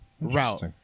route